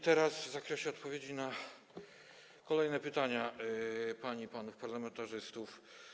Teraz przejdę do odpowiedzi na kolejne pytania pań i panów parlamentarzystów.